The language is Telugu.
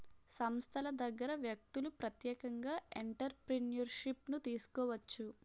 సంస్థల దగ్గర వ్యక్తులు ప్రత్యేకంగా ఎంటర్ప్రిన్యూర్షిప్ను తీసుకోవచ్చు